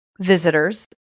visitors